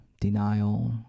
denial